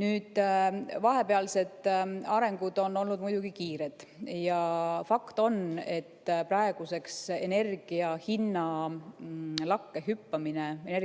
Nüüd, vahepealsed arengud on olnud muidugi kiired. Fakt on, et praeguseks energiahinna lakkehüppamine – me ei